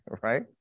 right